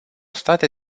state